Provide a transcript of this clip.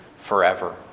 forever